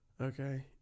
okay